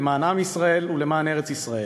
למען עם ישראל ולמען ארץ-ישראל.